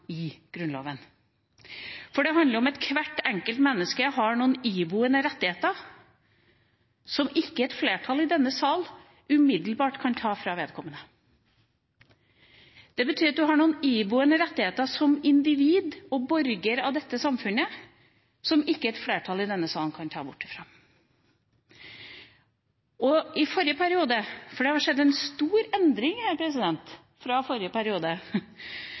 i Grunnloven. For det handler om at hvert enkelt menneske har noen iboende rettigheter som ikke et flertall i denne sal umiddelbart kan ta fra vedkommende. Det betyr at man har noen iboende rettigheter som individ og borger av dette samfunnet, som ikke et flertall i denne salen kan ta bort. Det har skjedd en stor endring fra forrige periode,